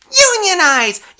Unionize